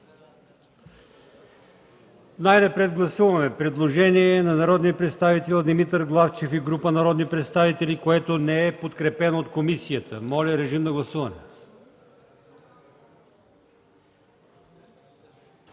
Най-напред гласуваме предложението на народния представител Димитър Главчев и група народни представители, което не е подкрепено от комисията. Моля, гласувайте.